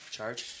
Charge